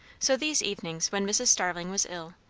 so these evenings when mrs. starling was ill,